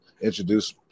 introduce